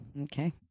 Okay